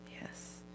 Yes